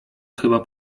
chyba